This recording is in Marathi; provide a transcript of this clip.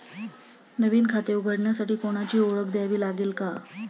नवीन खाते उघडण्यासाठी कोणाची ओळख द्यावी लागेल का?